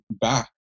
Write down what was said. back